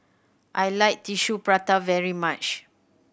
I like Tissue Prata very much